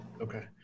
Okay